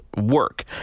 work